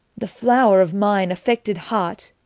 the flower of mine affected heart,